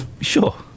Sure